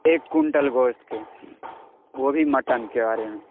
ایک کنٹل گوشت کے وہ بھی مٹن کے بارے میں